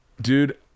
Dude